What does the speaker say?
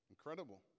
Incredible